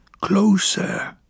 Closer